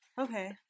okay